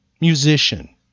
musician